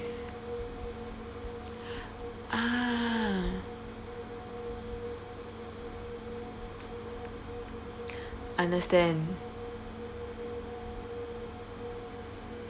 ah understand